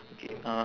okay uh